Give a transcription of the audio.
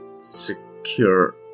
secure